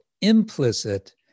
implicit